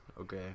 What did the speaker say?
okay